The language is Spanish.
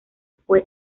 fue